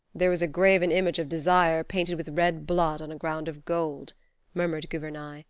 there was a graven image of desire painted with red blood on a ground of gold murmured gouvernail,